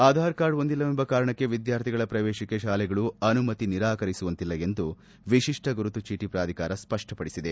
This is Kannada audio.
ಆಧಾರ್ ಕಾರ್ಡ್ ಹೊಂದಿಲ್ಲವೆಂಬ ಕಾರಣಕ್ಕೆ ವಿದ್ಯಾರ್ಥಿಗಳ ಪ್ರವೇಶಕ್ಕೆ ಶಾಲೆಗಳು ಅನುಮತಿ ನಿರಾಕರಿಸುವಂತಿಲ್ಲ ಎಂದು ವಿಶಿಷ್ಟ ಗುರುತು ಚೀಟಿ ಪ್ರಾಧಿಕಾರ ಸ್ಪಷ್ಟಪಡಿಸಿದೆ